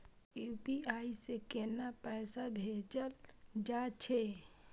UPI से केना पैसा भेजल जा छे?